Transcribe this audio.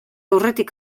aurretik